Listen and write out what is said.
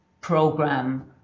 program